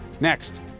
Next